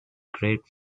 great